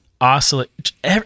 oscillate